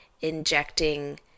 injecting